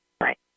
Right